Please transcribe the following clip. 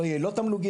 לא יהיה לא תמלוגים,